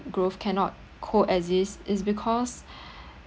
growth cannot co-exist is because